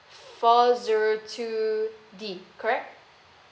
four zero two D correct